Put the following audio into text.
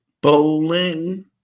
Bowling